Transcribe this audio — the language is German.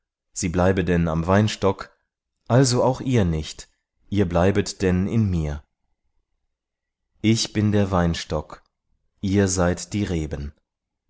sie bleibe denn am weinstock also auch ihr nicht ihr bleibet denn in mir ich bin der weinstock ihr seid die reben